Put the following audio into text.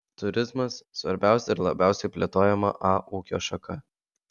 turizmas svarbiausia ir labiausiai plėtojama a ūkio šaka